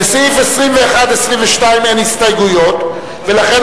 לסעיפים 21 ו-22 אין הסתייגויות ולכן